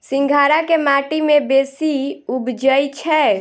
सिंघाड़ा केँ माटि मे बेसी उबजई छै?